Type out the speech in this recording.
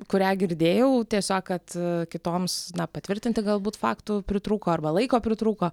kurią girdėjau tiesiog kad kitoms patvirtinti galbūt faktų pritrūko arba laiko pritrūko